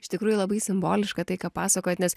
iš tikrųjų labai simboliška tai ką pasakojat nes